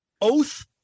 Oath